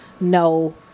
No